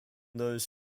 those